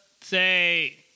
say